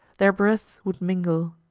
their breaths would mingle.